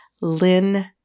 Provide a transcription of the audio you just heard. Lynn